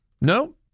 No